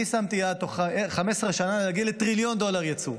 אני שמתי יעד תוך 15 שנה להגיע לטריליון דולר יצוא.